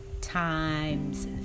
times